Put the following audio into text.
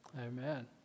Amen